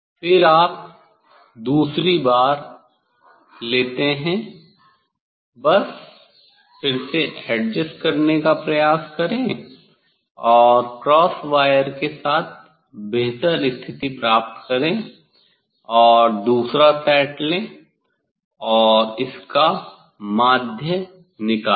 फिर आप दूसरी बार लेते हैं बस फिर से एडजस्ट करने का प्रयास करें और क्रॉस वायर के साथ बेहतर स्थिति प्राप्त करें दूसरा सेट लें और इसका माध्य निकालें